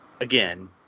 again